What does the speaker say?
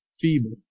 Feeble